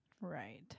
right